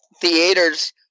theaters